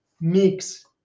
mix